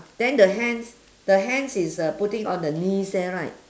then the hands the hands is uh putting on the knees there right